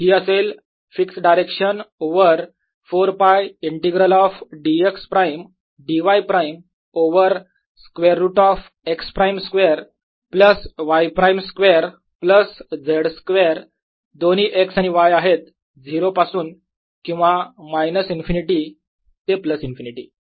हि असेल fix direction over 4 π integral of dx prime dy prime over square root of x prime square plus y prime square plus z square दोन्ही x आणि y आहेत 0 पासून किंवा minus infinity ते plus infinity